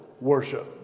worship